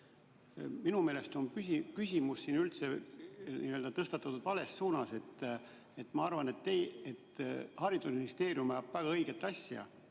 Minu meelest on küsimus siin üldse tõstatatud vales suunas. Ma arvan, et haridusministeerium ajab väga õiget asja.